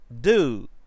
Dude